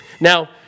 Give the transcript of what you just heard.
Now